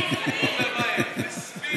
בספיד.